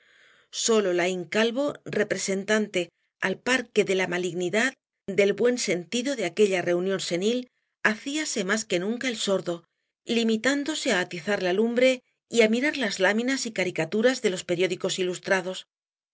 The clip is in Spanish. sólo laín calvo representante al par que de la malignidad del buen sentido en aquella reunión senil hacíase más que nunca el sordo limitándose á atizar la lumbre y á mirar las láminas y caricaturas de los periódicos ilustrados